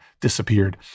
disappeared